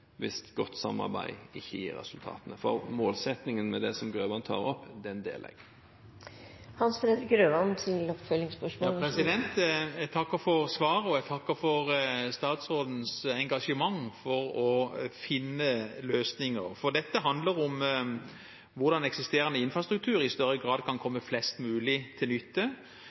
hvis godt samarbeid ikke gir resultater, for målsettingen med det som representanten Grøvan tar opp, deler jeg. Jeg takker for svaret, og jeg takker for statsrådens engasjement for å finne løsninger, for dette handler om hvordan eksisterende infrastruktur i større grad kan komme flest mulig til nytte.